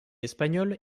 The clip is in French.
espagnol